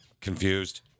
confused